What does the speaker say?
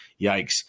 Yikes